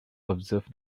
observe